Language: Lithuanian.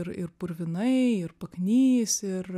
ir ir purvinai ir paknys ir